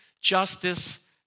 justice